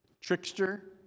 trickster